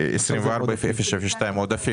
חשבתי שאני עולה לדיון על אקמו.